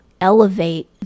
elevate